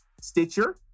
Stitcher